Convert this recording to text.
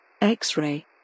X-Ray